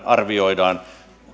arvioidaan